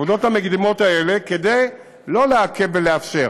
העבודות המקדימות האלה הן כדי שלא לעכב ולאשר,